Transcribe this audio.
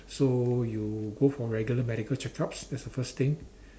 so you go for regular medical check-ups that's the first thing